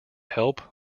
help